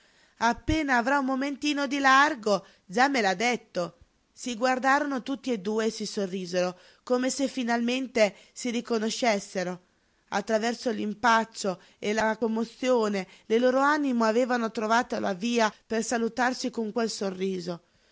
appena avrà un momentino di largo già me l'ha detto si guardarono tutt'e due e si sorrisero come se finalmente si riconoscessero attraverso l'impaccio e la commozione le loro anime avevano trovato la via per salutarsi con quel sorriso